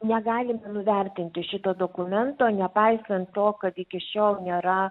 negalime nuvertinti šito dokumento nepaisant to kad iki šiol nėra